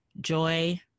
joy